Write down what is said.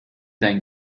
dein